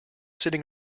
sitting